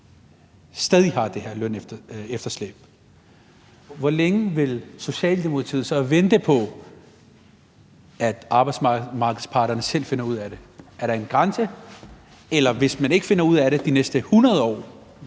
stadig har det her lønefterslæb, hvor længe vil Socialdemokratiet så vente på, at arbejdsmarkedets parter selv finder ud af det? Er der en grænse? Hvis man ikke finder ud af det de næste 100 år